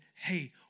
hey